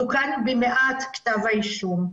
תוקן במעט כתב האישום.